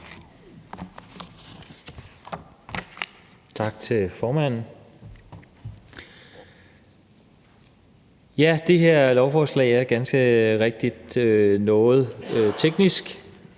Tak til formanden. Ja, det her lovforslag er ganske rigtigt noget teknisk.